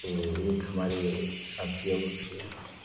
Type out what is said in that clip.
तो एक हमारे साथी और थे